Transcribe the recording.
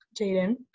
Jaden